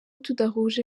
tudahuje